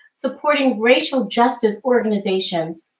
supporting racial justice organizations,